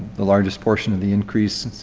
the largest portion of the increase,